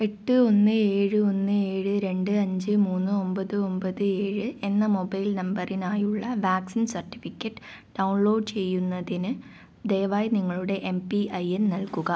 എട്ട് ഒന്ന് ഏഴ് ഒന്ന് ഏഴ് രണ്ട് അഞ്ച് മൂന്ന് ഒമ്പത് ഒമ്പത് ഏഴ് എന്ന മൊബൈൽ നമ്പറിനായുള്ള വാക്സിൻ സർട്ടിഫിക്കറ്റ് ഡൗൺലോഡ് ചെയ്യുന്നതിന് ദയവായി നിങ്ങളുടെ എം പി ഐ എൻ നൽകുക